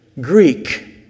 Greek